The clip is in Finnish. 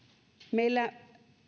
meillä